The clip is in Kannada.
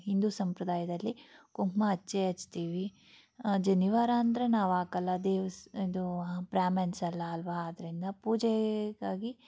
ಹಿಂದು ಸಂಪ್ರದಾಯದಲ್ಲಿ ಕುಂಕುಮ ಹಚ್ಚೇ ಹಚ್ತೀವಿ ಜನಿವಾರ ಅಂದರೆ ನಾವು ಹಾಕಲ್ಲ ಅದೇವ್ಸ್ ಇದು ಹ್ಮ್ ಬ್ರಾಮೆನ್ಸ್ ಅಲ್ಲ ಅಲ್ಲವಾ ಅದರಿಂದ ಪೂಜೆಗಾಗಿ